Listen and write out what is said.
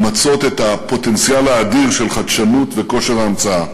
למצות את הפוטנציאל האדיר של חדשנות וכושר ההמצאה,